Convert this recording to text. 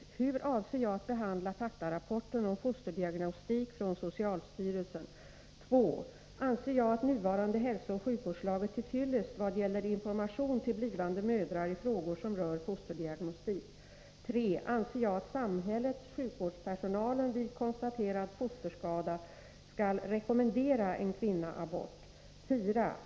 Hur avser jag att behandla faktarapporten om fosterdiagnostik från socialstyrelsen? 2. Anser jag att nuvarande hälsooch sjukvårdslag är till fyllest vad gäller information till blivande mödrar i frågor som rör fosterdiagnostik? 3. Anser jag att samhället/sjukvårdspersonalen vid konstaterad fosterskada skall rekommendera en kvinna abort? 4.